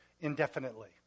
indefinitely